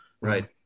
Right